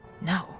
No